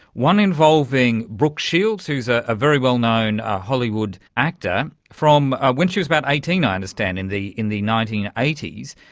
one involving brooke shields who is a very well-known hollywood actor, from when she was about eighteen i understand, in the in the nineteen eighty s,